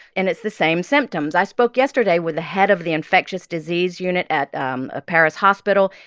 and it's the same symptoms. i spoke yesterday with the head of the infectious disease unit at um a paris hospital,